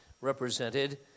represented